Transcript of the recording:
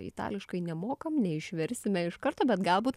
itališkai nemokam neišversime iš karto bet galbūt